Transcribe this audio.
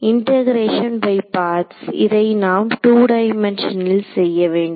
integration by parts இதையே நாம் two டைமென்ஷனில் செய்ய வேண்டும்